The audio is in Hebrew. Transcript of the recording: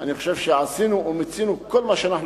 אני חושב שעשינו ומיצינו כל מה שאנחנו